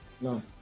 no